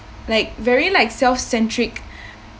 like very like self centric